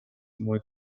muy